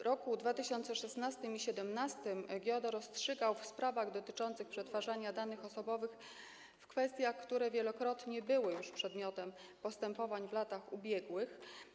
W latach 2016 i 2017 GIODO rozstrzygał w sprawach dotyczących przetwarzania danych osobowych w kwestiach, które wielokrotnie były już przedmiotem postępowań w latach ubiegłych.